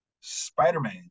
Spider-Man